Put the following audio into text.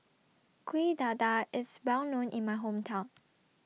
Kuih Dadar IS Well known in My Hometown